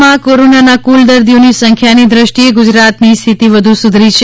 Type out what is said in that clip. દેશમાં કોરોનાના કુલ દર્દીઓની સંખ્યાની દૃષ્ટિએ ગુજરાતની સ્થિતિ વધુ સુધરી છે